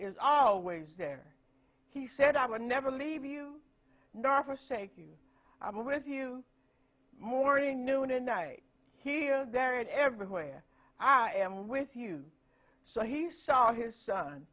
is always there he said i would never leave you nervous shaking i'm with you morning noon and night here there and everywhere i am with you so he saw his son